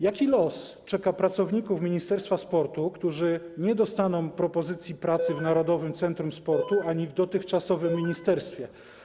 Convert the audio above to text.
Jaki los czeka pracowników Ministerstwa Sportu, którzy nie dostaną propozycji pracy w Narodowym Centrum Sportu ani w dotychczasowym ministerstwie?